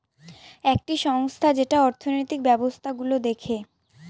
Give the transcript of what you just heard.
একটি সংস্থা যেটা অর্থনৈতিক ব্যবস্থা গুলো দেখে